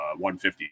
150